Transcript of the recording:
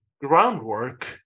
groundwork